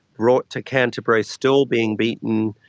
brought to canterbury still being beaten,